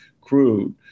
crude